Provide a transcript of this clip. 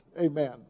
Amen